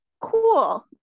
cool